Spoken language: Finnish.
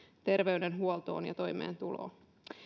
terveydenhuoltoon ja toimeentuloon